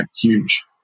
huge